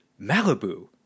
Malibu